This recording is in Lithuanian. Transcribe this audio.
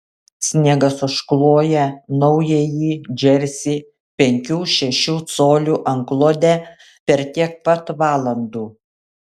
sniegas užkloja naująjį džersį penkių šešių colių antklode per tiek pat valandų